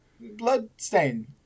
Bloodstain